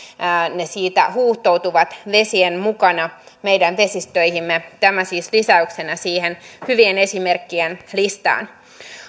se siitä huuhtoutuu vesien mukana meidän vesistöihimme tämä siis lisäyksenä siihen hyvien esimerkkien listaan